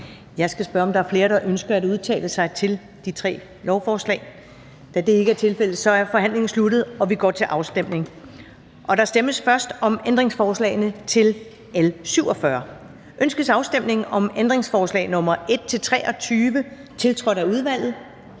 Jeg skal spørge, om der er flere, der ønsker at udtale sig til de tre lovforslag. Da det ikke er tilfældet, er forhandlingen sluttet, og vi går til afstemning. Kl. 14:48 Afstemning Første næstformand (Karen Ellemann): Der stemmes først om ændringsforslagene til L 47: Ønskes afstemning om ændringsforslag nr. 1-23, tiltrådt af udvalget?